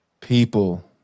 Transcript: People